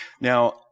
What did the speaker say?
Now